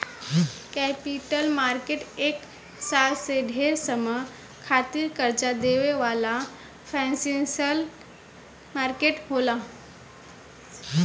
capital market एक साल से ढेर समय खातिर कर्जा देवे वाला फाइनेंशियल मार्केट होला